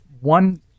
one